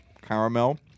caramel